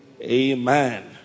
Amen